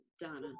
Donna